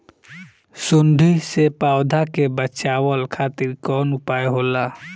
सुंडी से पौधा के बचावल खातिर कौन उपाय होला?